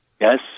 Yes